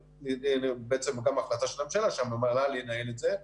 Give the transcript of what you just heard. וגם ההחלטה של הממשלה שהמל"ל ינהל את זה,